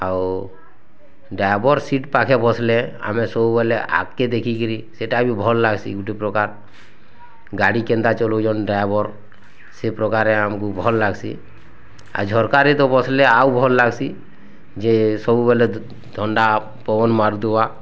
ଆଉ driver seat ପାଖେ ବସଲେ ଆମେ ସବୁବେଲେ ଆଗକେ ଦେଖିକିରୀ ସେଟା ବି ଭଲ୍ ଲାଗ୍ସି ଗୁଟେପ୍ରକାର ଗାଡ଼ି କେନ୍ତା ଚଲଉଛନ୍ ଡ୍ରାଇଭର୍ ସେ ପ୍ରକାର ଆମ୍କୁ ଭଲ୍ ଲାଗ୍ସି ଝର୍କାରେ ତ୍ ବସିଲେ ଆଉ ଭଲ୍ ଲାଗ୍ସି ଯେ ସବୁବେଲେ ଥଣ୍ଡା ପବନ୍ ମାରୁଥିବା